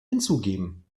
hinzugeben